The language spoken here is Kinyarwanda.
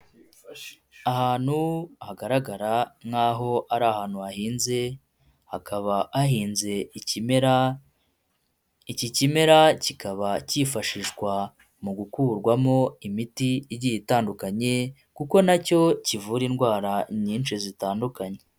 Ahantu hagaragara nk'aho ari ahantu hahinze, hakaba hahinze ikimera, iki kimera kikaba cyifashishwa mu gukurwamo imiti igiye itandukanye kuko na cyo kivura indwara nyinshi zitandukanye.